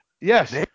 Yes